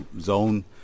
zone